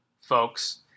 folks